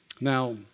Now